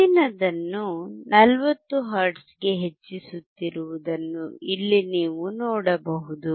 ಮುಂದಿನದನ್ನು 40 ಹರ್ಟ್ಜ್ಗೆ ಹೆಚ್ಚಿಸುತ್ತಿರುವುದನ್ನು ಇಲ್ಲಿ ನೀವು ನೋಡಬಹುದು